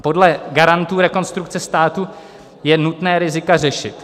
Podle garantů Rekonstrukce státu je nutné rizika řešit.